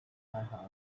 house